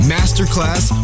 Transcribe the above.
Masterclass